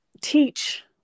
teach